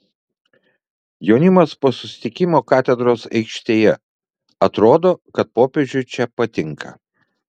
jaunimas po susitikimo katedros aikštėje atrodo kad popiežiui čia patinka